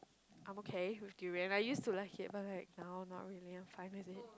I am okay with durian I used to like it but like now not really I am fine with it